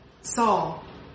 Saul